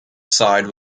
side